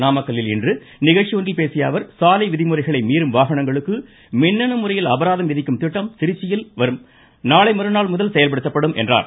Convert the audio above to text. நாமக்கல்லில் இன்று நிகழ்ச்சி ஒன்றில் பேசிய அவர் சாலை விதிமுறைகளை மீறும் வாகனங்களுக்கு மின்னணு முறையில் அபராதம் விதிக்கும் திட்டம் திருச்சியில் வரும் நாளை மறுநாள் முதல் செயல்படுத்தப்படும் என்றார்